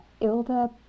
Ilda